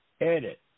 edit